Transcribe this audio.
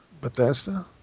Bethesda